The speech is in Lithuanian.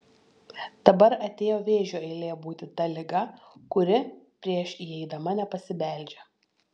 dabar atėjo vėžio eilė būti ta liga kuri prieš įeidama nepasibeldžia